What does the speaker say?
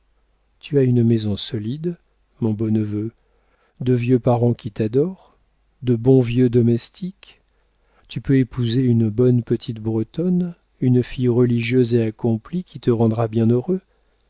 tu as une maison solide mon beau neveu de vieux parents qui t'adorent de bons vieux domestiques tu peux épouser une bonne petite bretonne une fille religieuse et accomplie qui te rendra heureux